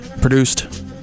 produced